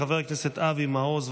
חבר הכנסת אבי מעוז,